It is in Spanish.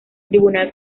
tribunal